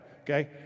Okay